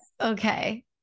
okay